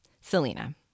Selena